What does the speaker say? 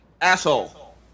Asshole